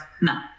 no